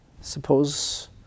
Suppose